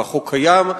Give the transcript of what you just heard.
והחוק קיים,